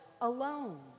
alone